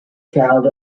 child